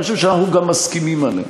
ואני חושב שאנחנו גם מסכימים עליה.